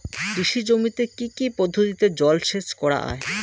কৃষি জমিতে কি কি পদ্ধতিতে জলসেচ করা য়ায়?